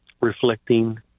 reflecting